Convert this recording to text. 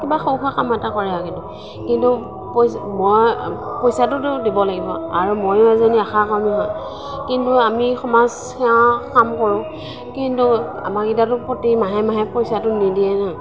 কিবা সৰু সুৰা কাম এটা কৰে আৰু কিন্তু পইচা মই পইচাটোতো দিব লাগিব আৰু ময়ো এজনী আশাকৰ্মী হয় কিন্তু আমি সমাজ সেৱা কাম কৰোঁ কিন্তু আমাক এতিয়াতো প্ৰতি মাহে মাহে পইচাটো নিদিয়ে ন